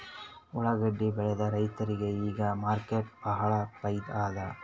ಉಳ್ಳಾಗಡ್ಡಿ ಬೆಳದ ರೈತರಿಗ ಈಗ ಮಾರ್ಕೆಟ್ನಾಗ್ ಭಾಳ್ ಫೈದಾ ಅದಾ